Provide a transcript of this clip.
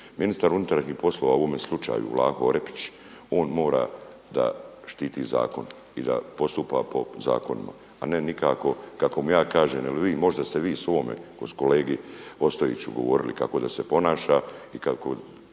ministar unutrašnjih poslova u ovome slučaju Vlaho Orepić on mora da štiti zakon i da postupa po zakonima, a ne nikako kako mu ja kažem ili vi. Možda ste vi svome kolegi Ostojiću govorili kako da se ponaša i kako